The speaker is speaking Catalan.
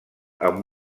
amb